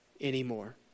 anymore